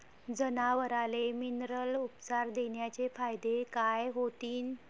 जनावराले मिनरल उपचार देण्याचे फायदे काय होतीन?